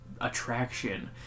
attraction